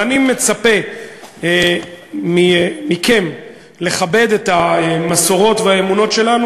ואני מצפה מכם לכבד את המסורות והאמונות שלנו